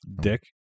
dick